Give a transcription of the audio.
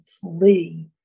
flee